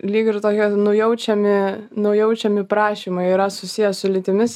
lyg ir tokie nujaučiami nujaučiami prašymai yra susiję su lytimis ir